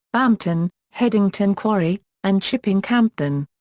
bampton, headington quarry, and chipping campden.